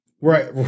Right